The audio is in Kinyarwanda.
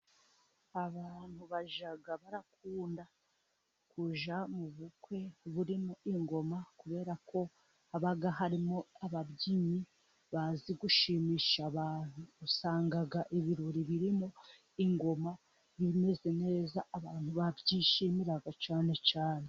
Abantu bajya bakunda kujya mu bukwe burimo ingoma kubera ko haba harimo ababyinnyi bazi gushimisha abantu. Usanga ibirori birimo ingoma, bimeze neza abantu babyishimira cyane cyane.